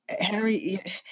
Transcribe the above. Harry